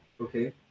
Okay